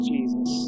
Jesus